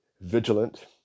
vigilant